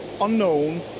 unknown